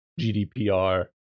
GDPR